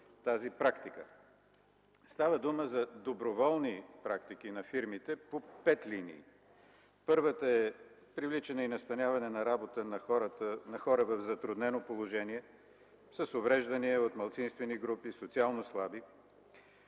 тази практика. Става дума за доброволни практики на фирмите по пет линии. Първата е привличане и настаняване на работа на хора в затруднено положение, с увреждания, от малцинствени групи, социално слаби.